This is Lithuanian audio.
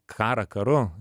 karą karu